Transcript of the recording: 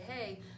hey